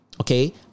Okay